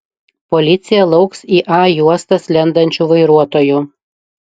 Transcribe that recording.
policija lauks į a juostas lendančių vairuotojų